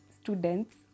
students